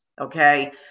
okay